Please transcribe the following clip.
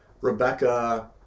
Rebecca